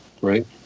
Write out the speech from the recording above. right